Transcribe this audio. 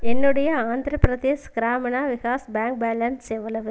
என்னுடைய Andhra Pradesh Gramina Vikas bank balance எவ்வளவு